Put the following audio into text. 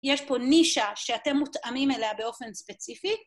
‫יש פה נישה שאתם מותאמים אליה ‫באופן ספציפי.